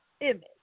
image